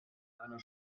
einer